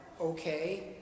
okay